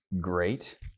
great